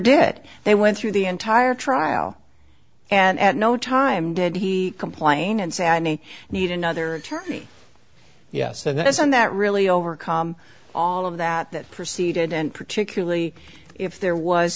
did they went through the entire trial and at no time did he complain and say i may need another attorney yes and that's one that really overcome all of that that proceeded and particularly if there was